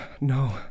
no